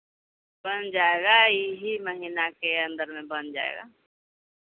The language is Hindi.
बन जाएगा इन्ही महीना के अंदर में बन जाएगा